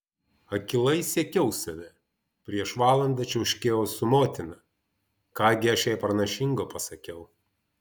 akylai sekiau save prieš valandą čiauškėjau su motina ką gi aš jai pranašingo pasakiau